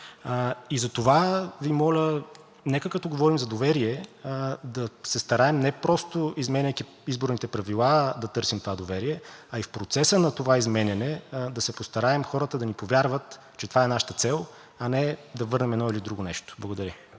Затова Ви моля, нека, като говорим за доверие, да се стараем не просто изменяйки изборните правила, да търсим това доверие, а и в процеса на това изменяне да се постараем хората да ни повярват, че това е нашата цел, а не да върнем едно или друго нещо. Благодаря.